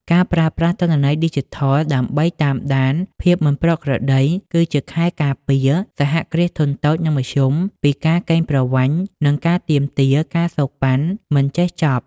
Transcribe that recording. ការប្រើប្រាស់ទិន្នន័យឌីជីថលដើម្បីតាមដានភាពមិនប្រក្រតី គឺជាខែលការពារ សហគ្រាសធុនតូច និងមធ្យម ពីការកេងប្រវ័ញ្ច និងការទាមទារ ការសូកប៉ាន់ មិនចេះចប់។